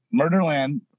Murderland